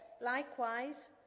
Likewise